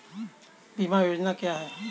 बीमा योजना क्या है?